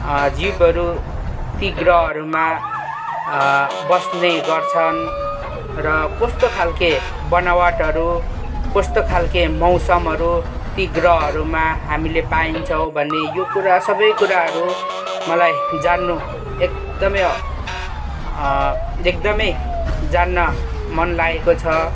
जीव हरू ती ग्रहहरूमा बस्ने गर्छन् र कस्तो खालको बनावटहरू कस्तो खालको मौसमहरू ती ग्रहहरूमा हामीले पाइन्छौँ भन्ने यो कुरा सबै कुराहरू मलाई जान्नु एकदमै एकदमै जान्न मन लागेको छ